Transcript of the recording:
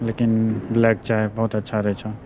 लेकिन ब्लैक चाइ बहुत अच्छा रहै छऽ